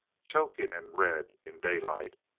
choking and red in daylight,